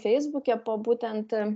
feisbuke po būtent